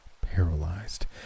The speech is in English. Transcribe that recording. paralyzed